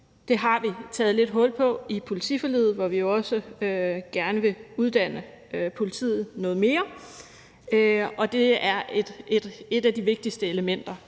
Det har vi taget lidt hul på i politiforliget, hvor vi jo også gerne vil uddanne politiet noget mere. Og det er et af de vigtigste elementer,